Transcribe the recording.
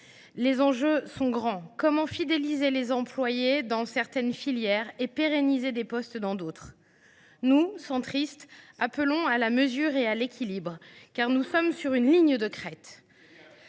Les enjeux sont grands : comment fidéliser les employés dans certaines filières et pérenniser des postes dans d’autres ? Nous, centristes, appelons à la mesure et à l’équilibre, car nous sommes sur une ligne de crête